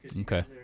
Okay